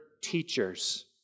teachers